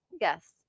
Yes